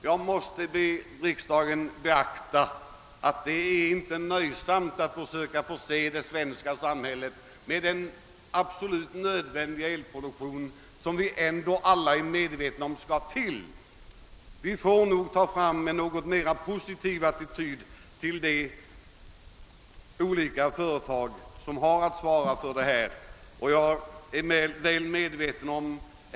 Jag måste be riksdagen beakta att det inte är nöjsamt att försöka förse det svenska samhället med den absolut nödvändiga elproduktionen, som vi ju ändå alla är medvetna om skall till. Vi får nog anlägga en något mer positiv attityd till de företag som har att svara för vår kraftförsörjning.